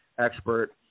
expert